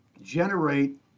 generate